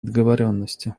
договоренности